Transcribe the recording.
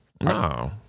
No